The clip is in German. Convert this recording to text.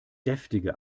deftige